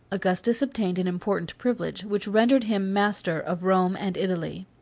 augustus obtained an important privilege, which rendered him master of rome and italy.